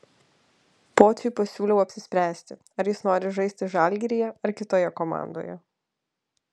pociui pasiūliau apsispręsti ar jis nori žaisti žalgiryje ar kitoje komandoje